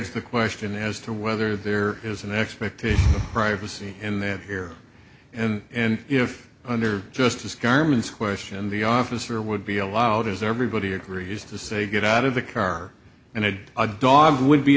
begs the question as to whether there is an expectation privacy in the here and if under justice garments question the officer would be allowed as everybody agrees to say get out of the car and had a dog would be